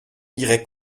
irait